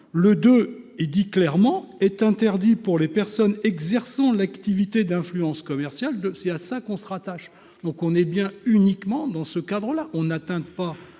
deux et dit clairement est interdit pour les personnes exerçant l'activité d'influence commerciale de c'est à ça qu'on se rattache donc on est bien uniquement dans ce cadre-là on atteint pas,